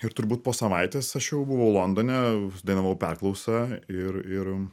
ir turbūt po savaitės aš jau buvau londone sudainavau perklausą ir ir